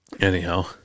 anyhow